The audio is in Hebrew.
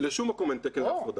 לשום מקום אין תקן להפרדה.